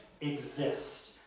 exist